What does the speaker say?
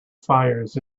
fires